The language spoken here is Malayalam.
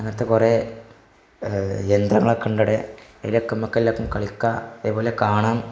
അങ്ങനത്തെ കുറേ യന്ത്രങ്ങളൊക്കെയുണ്ട് അവിടെ ഇവിടെക്കുമെല്ലാവർക്കും കളിക്കുക അതുപോലെ കാണാം